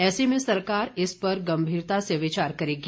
ऐसे में सरकार इस पर गंभीरता से विचार करेगी